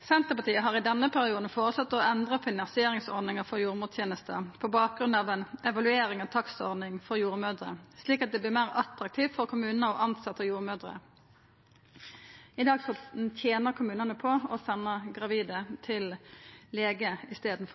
Senterpartiet har i denne perioden føreslått å endra finansieringsordninga for jordmortenesta på bakgrunn av ei evaluering av takstordninga for jordmødrer, slik at det vert meir attraktivt for kommunane å tilsetja jordmødrer. I dag tener kommunane på å senda gravide til lege i staden.